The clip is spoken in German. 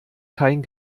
kein